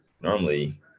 Normally